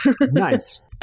nice